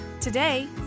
Today